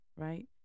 right